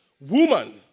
Woman